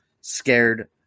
scared